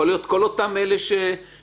יכול להיות שכל אותם אלה שנידונו.